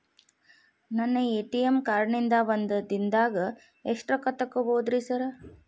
ನನ್ನ ATM card ನಿಂದಾ ಒಂದ್ ದಿಂದಾಗ ಎಷ್ಟ ರೊಕ್ಕಾ ತೆಗಿಬೋದು ಸಾರ್?